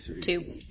Two